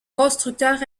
constructeur